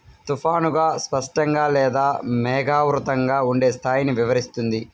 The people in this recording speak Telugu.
తుఫానుగా, స్పష్టంగా లేదా మేఘావృతంగా ఉండే స్థాయిని వివరిస్తుంది